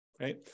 right